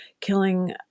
killing